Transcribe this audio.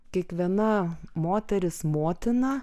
kiekviena moteris motina